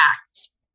acts